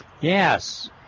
Yes